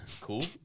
cool